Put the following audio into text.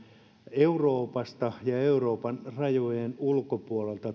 euroopasta ja euroopan rajojen ulkopuolelta